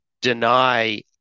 deny